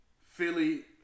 Philly